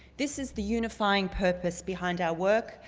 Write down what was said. this is the unifying purpose behind our work,